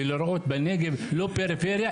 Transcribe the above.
ולראות בנגב לא פריפריה,